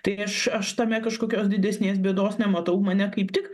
tai aš aš tame kažkokios didesnės bėdos nematau mane kaip tik